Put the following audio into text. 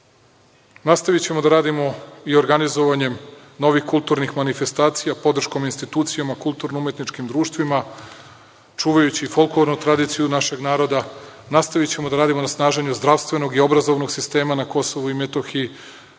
naroda. Nastavićemo da radimo i organizovanjem novih kulturnih manifestacija, podrškom institucijama, kulturno-umetničkim društvima, čuvajući folklornu tradiciju našeg naroda, nastavićemo da radimo na snaženju zdravstvenog i obrazovnog sistema na Kosovu i Metohiji.